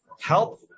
help